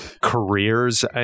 careers